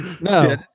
No